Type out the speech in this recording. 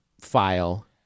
file